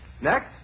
Next